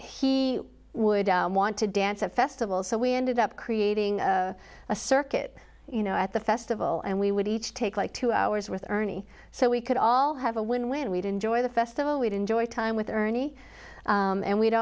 he would want to dance at festivals so we ended up creating a circuit you know at the festival and we would each take like two hours with ernie so we could all have a win win and we'd enjoy the festival we'd enjoy time with ernie and we'd